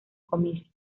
comicios